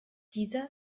dieser